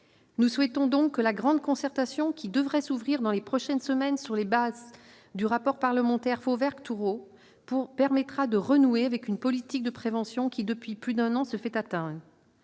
Nous souhaitons donc que la grande concertation, qui devrait s'ouvrir dans les prochaines semaines sur les bases du rapport parlementaire de M. Fauvergue et de Mme Thourot, permette de renouer avec une politique de prévention, qui, depuis plus d'un an, se fait attendre.